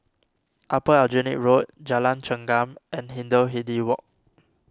Upper Aljunied Road Jalan Chengam and Hindhede Walk